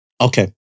Okay